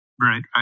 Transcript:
Right